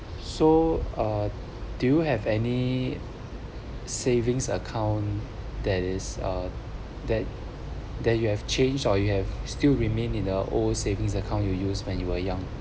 so uh do you have any savings account that is uh that that you have changed or you have still remain in a old savings account you use when you were young